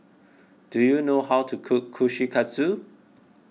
do you know how to cook Kushikatsu